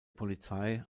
polizei